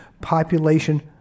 population